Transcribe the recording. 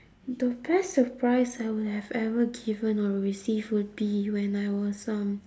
the best surprise I would have ever given or received would be when I was um